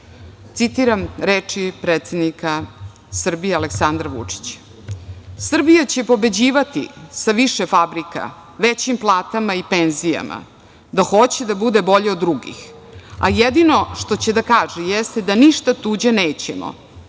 reči predsednika Srbije Aleksandra Vučića: „Srbija će pobeđivati sa više fabrika, većim platama i penzijama da hoće da bude bolja od drugih, a jedino što će da kaže jeste da ništa tuđe nećemo,